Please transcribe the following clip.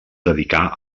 dedicà